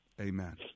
Amen